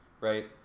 right